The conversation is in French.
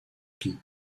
pie